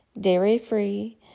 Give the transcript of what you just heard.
dairy-free